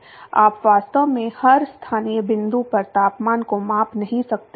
आप वास्तव में हर स्थानीय बिंदु पर तापमान को माप नहीं सकते